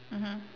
mmhmm